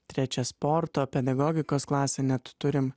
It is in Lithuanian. trečia sporto pedagogikos klasė net turim